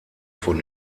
von